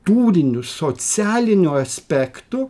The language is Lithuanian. tūriniu socialiniu aspektu